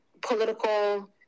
political